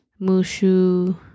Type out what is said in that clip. Mushu